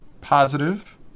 positive